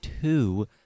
two